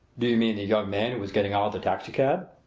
do you mean the young man who was getting out of the taxicab?